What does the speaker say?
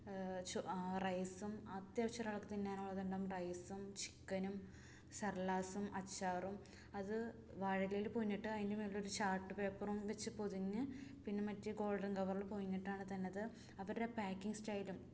റൈസും അത്യാവശ്യം ഒരാൾക്ക് തിന്നാനുള്ളത് ഉണ്ടാകും റൈസും ചിക്കനും സർലാസും അച്ചാറും അത് വാഴയിലയിൽ പൊതിഞ്ഞിട്ട് അതിനു മേളിലൊരു ചാർട്ട് പേപ്പറും വച്ച് പൊതിഞ്ഞ് പിന്നെ മറ്റേ ഗോൾഡൻ കവറിൽ പൊതിഞ്ഞിട്ടാണ് തന്നത് അവരുടെ പാക്കിങ് സ്റ്റയിലും